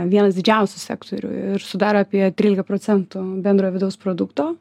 vienas didžiausių sektorių ir sudaro apie trylika procentų bendrojo vidaus produkto